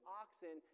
oxen